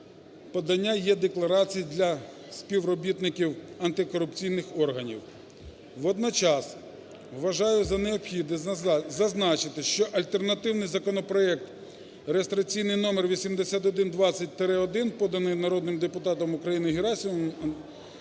подання е-декларацій для співробітників антикорупційних органів. Водночас вважаю за необхідне зазначити, що альтернативний законопроект (реєстраційний номер 8120-1), поданий народним депутатом України Герасимовим,